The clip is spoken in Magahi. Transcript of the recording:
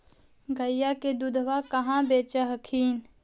गईया के दूधबा कहा बेच हखिन?